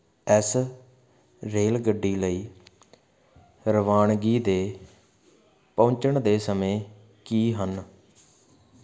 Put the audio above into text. ਇਸ ਰੇਲਗੱਡੀ ਲਈ ਰਵਾਨਗੀ ਦੇ ਪਹੁੰਚਣ ਦੇ ਸਮੇਂ ਕੀ ਹਨ